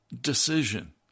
decision